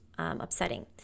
upsetting